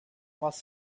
was